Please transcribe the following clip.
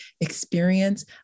experience